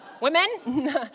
Women